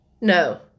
No